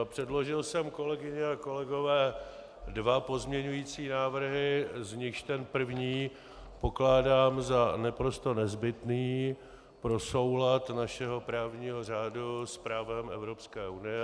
Předložil jsem, kolegyně a kolegové, dva pozměňující návrhy, z nichž ten první pokládám za naprosto nezbytný pro soulad našeho právního řádu s právem Evropské unie.